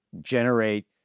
generate